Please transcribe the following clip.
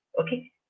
okay